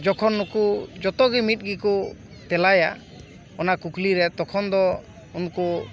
ᱡᱚᱠᱷᱚᱱ ᱱᱩᱠᱩ ᱡᱚᱛᱚ ᱜᱮ ᱢᱤᱫ ᱜᱮᱠᱚ ᱛᱮᱞᱟᱭᱟ ᱚᱱᱟ ᱠᱩᱠᱞᱤ ᱨᱮ ᱛᱚᱠᱷᱚᱱ ᱫᱚ ᱩᱱᱠᱩ